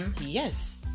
Yes